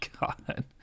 God